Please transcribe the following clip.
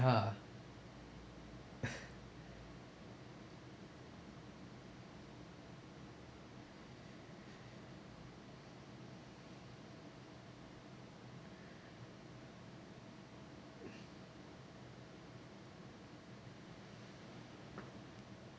!huh!